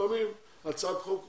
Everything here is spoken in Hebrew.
ולפעמים הצעת החוק עוברת,